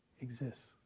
exists